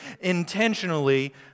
intentionally